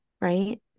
right